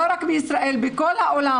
לא רק בישראל אלא בכל העולם,